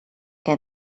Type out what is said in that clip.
què